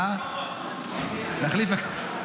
--- נחליף מקומות.